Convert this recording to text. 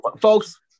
Folks